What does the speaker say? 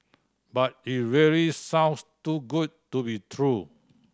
but it really sounds too good to be true